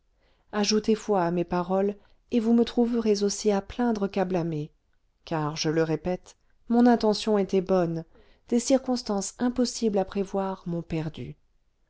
ajoutez foi à mes paroles et vous me trouverez aussi à plaindre qu'à blâmer car je le répète mon intention était bonne des circonstances impossibles à prévoir m'ont perdu